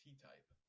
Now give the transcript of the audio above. T-Type